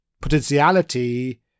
potentiality